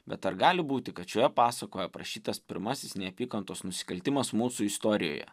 bet ar gali būti kad šioje pasakoje aprašytas pirmasis neapykantos nusikaltimas mūsų istorijoje